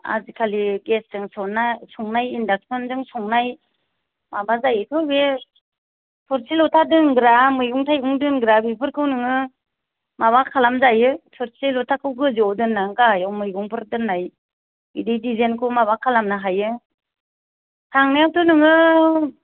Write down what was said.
आजिखालि गेसजों संनाय इन्दाक्सनजों संनाय माबा जायोथ' बे थोरसि ल'था दोनग्रा मैगं थाइगं दोनग्रा बेफोरखौ नोङो माबा खालामजायो थोरसि ल'थाखौ गोजौआव दोन्नानै गाहायाव मैगंफोर दोन्नाय बिदि दिजेनखौ माबा खालामनो हायो थांनायाथ' नोङो